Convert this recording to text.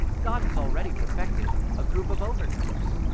god has already perfected a group of overcomers.